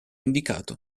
indicato